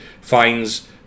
finds